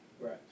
Right